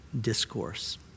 discourse